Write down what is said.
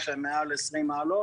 שמואל לויט, מנכ"ל המועצה לענף הלול.